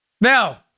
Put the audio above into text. Now